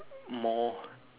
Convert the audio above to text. more